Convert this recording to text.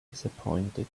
disappointed